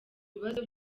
bibazo